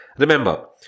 Remember